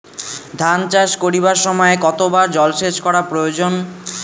ধান চাষ করিবার সময় কতবার জলসেচ করা প্রয়োজন?